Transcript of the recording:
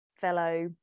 fellow